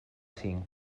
cinc